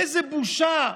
איזו בושה.